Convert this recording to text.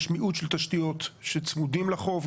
יש מיעוט של תשתיות שצמודות לחוף,